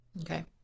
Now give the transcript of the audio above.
Okay